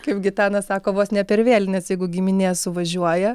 kaip gitana sako vos ne per vėlines jeigu giminė suvažiuoja